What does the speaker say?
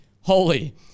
holy